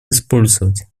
использовать